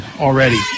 already